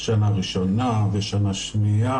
שנה ראשונה ושנה שנייה,